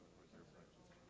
with their project